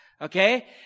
Okay